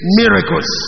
miracles